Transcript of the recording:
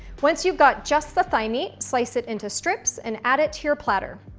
once you've got just the thigh meat, slice it into strips, and add it to your platter.